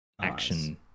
action